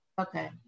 Okay